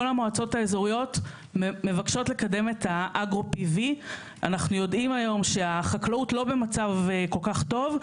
כל המועצות האזוריות מבקשות לקדם את האגרו PV. אנחנו יודעים היום שהחקלאות לא במצב כל כך טוב,